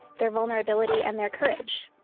their vulnerability and their courage?